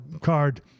card